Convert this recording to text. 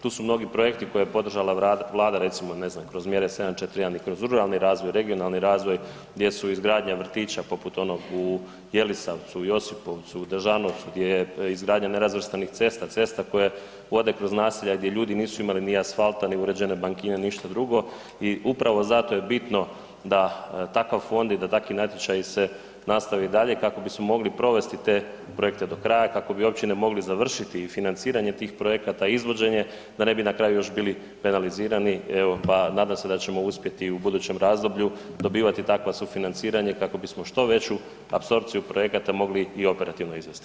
Tu su mnogi projekti koje je podržala Vlada, recimo ne znam kroz mjere 741 i kroz ruralni razvoj i regionalni razvoj gdje su izgradnja vrtića, poput onog u Jelisavcu, u Josipovcu u Držanovcu, gdje je izgradnja nerazvrstanih cesta, cesta koje vode kroz naselja gdje ljudi nisu imali ni asfalta, ni uređene bankine ni ništa drugo i upravo zato je bitno da takav fond i da takvi natječaji se nastave i dalje kako bismo mogli provesti te projekte do kraja i kako bi općine mogli završiti i financiranje tih projekata i izvođenje, da ne bi na kraju još bili penalizirani i evo pa nadam se da ćemo uspjeti i u budućem razdoblju dobivati takva sufinanciranja kako bismo što veću apsorpciju projekata mogli i operativno izvesti.